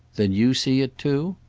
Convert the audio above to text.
then you see it too?